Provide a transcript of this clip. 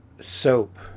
soap